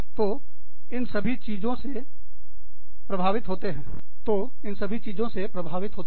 तो इन सभी चीजों से प्रभावित होते हैं